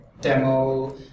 demo